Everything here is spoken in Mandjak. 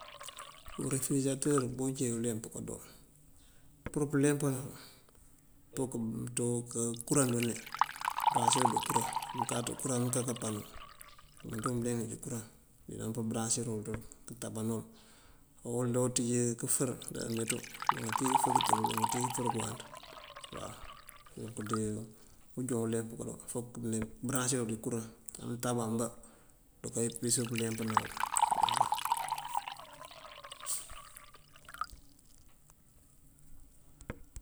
Urefërejatër búuncí bí kooleemp kadoo. Pur pëleempëna, fok këënţú kuraŋ done, këëbraŋáasir dël dí kuraŋ; mëënkáaţ kuraŋ amëënka kápano. Umëënţuyun bëleeŋ ací kuraŋ, mëyëlan pëëmëraŋáasir uwël ţël këëntabanëwël owël. Odoo uţíj këëfër díbáameeţu. Uloŋ káanţíj këëfër këëntëb, uloŋ káanţíj këëfër këëwanţ waw. Unk dí ujo uleemp kadoo, fok mëëmbëraŋáasir uwël dí kuraŋ, amëëntaba dunkee purësir pëleempëna uwël uwaw.